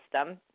system